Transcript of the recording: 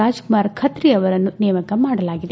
ರಾಜ್ಕುಮಾರ್ ಖತ್ರಿ ಅವರನ್ನು ನೇಮಕ ಮಾಡಲಾಗಿದೆ